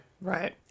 Right